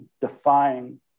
defying